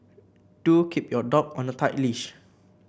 do keep your dog on a tight leash